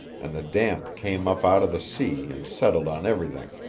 and the damp came up out of the sea and settled on everything.